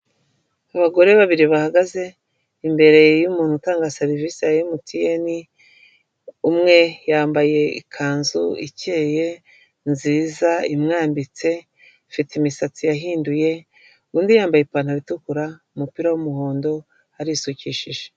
Abagore babiri bahagaze imbere y'umuntu utanga serivisi ya MTN, umwe yambaye ikanzu ikeye nziza imwambitse, afite imisatsi yahinduye, undi yambaye ipantaro itukura umupira w'umuhondo arisukishije.